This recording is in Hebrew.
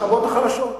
השכבות החלשות.